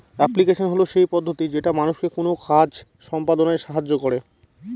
application হল সেই পদ্ধতি যেটা মানুষকে কোনো কাজ সম্পদনায় সাহায্য করে